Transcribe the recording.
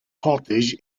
cottage